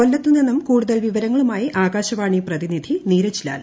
കൊല്ലത്ത് നിന്നും കൂടുതൽ വിവരങ്ങളുമായി ആകാശവാണി പ്രതിനിധി നീരജ് ലാൽ